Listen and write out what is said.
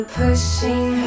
pushing